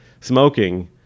smoking